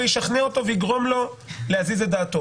ויגרום לו להזיז את דעתו.